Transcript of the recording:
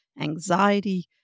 anxiety